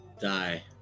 die